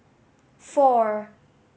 four